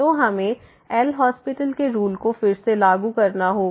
तो हमें L Hospital LHospital के रूल को फिर से लागू करना होगा